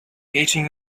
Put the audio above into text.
eating